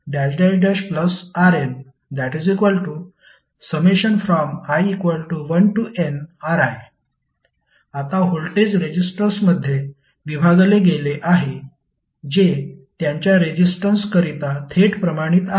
ReqR1R2Rni1nRi आता voltage रेजिस्टर्समध्ये विभागले गेले आहे जे त्यांच्या रेजिस्टन्स करिता थेट प्रमाणित आहे